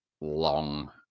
long